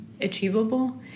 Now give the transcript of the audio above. achievable